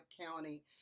County